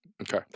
Okay